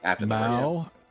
Mao